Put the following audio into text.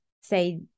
say